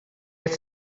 este